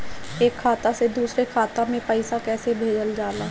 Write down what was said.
एक खाता से दुसरे खाता मे पैसा कैसे भेजल जाला?